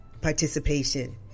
participation